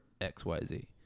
XYZ